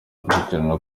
gushyigikira